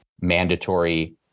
mandatory